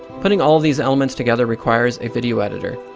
putting all of these elements together requires a video editor.